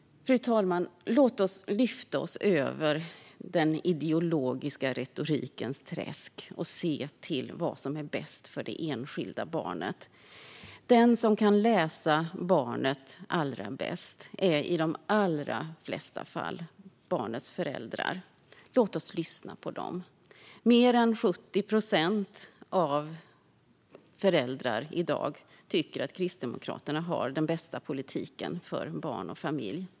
Fru talman! Låt oss lyfta oss över den ideologiska retorikens träsk och se till vad som är bäst för det enskilda barnet. Den som kan läsa barnet allra bäst är i de allra flesta fall barnets föräldrar. Lås oss lyssna på dem. Mer än 70 procent av föräldrarna i dag tycker att Kristdemokraterna har den bästa politiken för barn och familj.